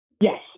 Yes